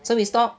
so we stop